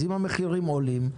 ואם המחירים עולים,